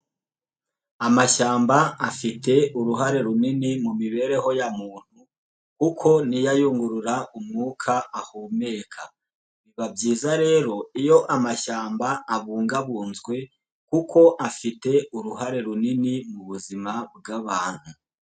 Amashyamba afite uruhare runini mu mibereho ya muntu kuko niyo yungurura umwuka ahumeka. Biba byiza rero iyo amashyamba abungabunzwe kuko afite uruhare runini mu buzima bw'abantu.